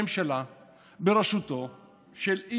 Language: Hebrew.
הוא לא יכול, יש חובת נוכחות, אין חובת הקשבה.